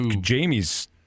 Jamie's